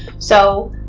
so,